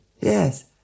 Yes